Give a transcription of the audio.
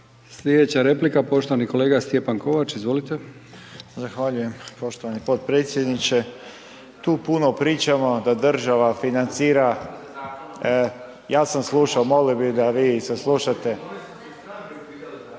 Slijedeća replika poštovani kolega Stjepan Kovač, izvolite. **Kovač, Stjepan (SDP)** Zahvaljujem poštovani potpredsjedniče. Tu puno pričamo da država financira, ja sam slušao, molio bi da vi saslušate,